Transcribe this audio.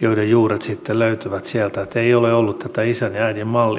joiden juuret sitten löytyvät sieltä että ei ole ollut tätä isän ja äidin mallia